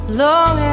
long